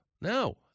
No